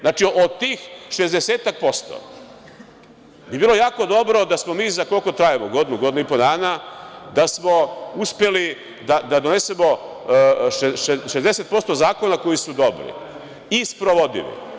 Znači, od tih 60% bi bilo jako dobro da smo mi za, koliko trajemo godinu, godinu i po dana uspeli da donesemo 60% zakona koji su dobri i sprovodivi.